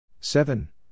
seven